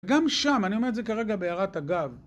גם שם, אני אומר את זה כרגע בהערת אגב